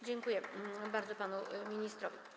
Dziękuję bardzo panu ministrowi.